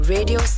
Radio